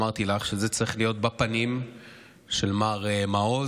אמרתי לך שזה צריך להיות בפנים של מר מעוז,